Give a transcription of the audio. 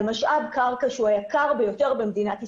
משאב קרקע שהוא היקר ביותר במדינת ישראל.